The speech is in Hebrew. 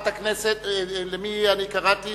קראתי